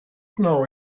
know